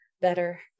better